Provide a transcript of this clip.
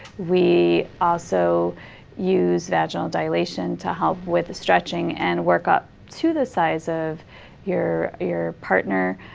we also use vaginal dilation to help with the stretching and work up to the size of your your partner.